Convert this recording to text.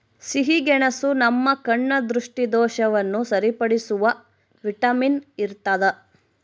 ಸಿಹಿಗೆಣಸು ನಮ್ಮ ಕಣ್ಣ ದೃಷ್ಟಿದೋಷವನ್ನು ಸರಿಪಡಿಸುವ ವಿಟಮಿನ್ ಇರ್ತಾದ